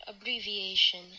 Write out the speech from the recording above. abbreviation